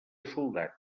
soldat